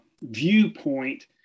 viewpoint